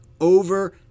over